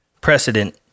precedent